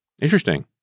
Interesting